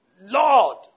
Lord